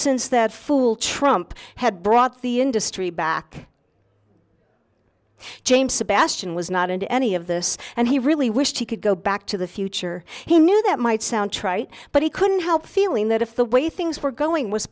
since that fool trump had brought the industry back james sebastian was not into any of this and he really wished he could go back to the future he knew that might sound trite but he couldn't help feeling that if the way things were going was